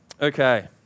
Okay